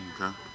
Okay